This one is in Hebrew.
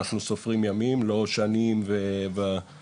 אנחנו סופרים ימים לא שנים ועשורים.